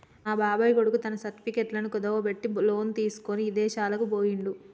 మా బాబాయ్ కొడుకు తన సర్టిఫికెట్లను కుదువబెట్టి లోను తీసుకొని ఇదేశాలకు బొయ్యిండు